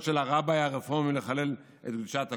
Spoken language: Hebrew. של הרבי הרפורמי לחלל את קדושת הכותל,